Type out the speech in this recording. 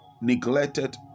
neglected